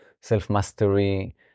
self-mastery